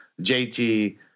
JT